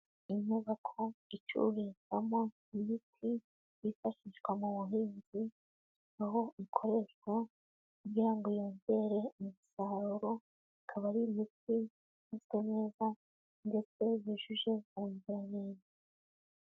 Inyubako icururizwamo imiti, yifashishwa mu buhinzi, aho ikoreshwa kugira ngo yongere umusaruro, ikaba ari imiti ikozwe neza ndetse yuyuje ubuziranenge.